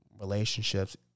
relationships